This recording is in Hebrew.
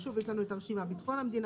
ושוב יש לנו הרשימה ביטחון המדינה,